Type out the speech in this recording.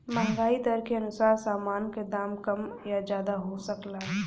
महंगाई दर के अनुसार सामान का दाम कम या ज्यादा हो सकला